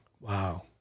Wow